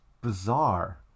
bizarre